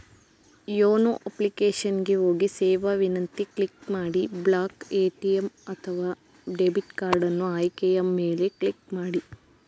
YONO application ಗೆ ಹೋಗಿ ಸೇವಾ ವಿನಂತಿ ಕ್ಲಿಕ್ ಮಾಡಿ ಬ್ಲಾಕ್ ಎ.ಟಿ.ಎಂ ಅಥವಾ ಡೆಬಿಟ್ ಕಾರ್ಡನ್ನು ಆಯ್ಕೆಯ ಮೇಲೆ ಕ್ಲಿಕ್ ಮಾಡಿ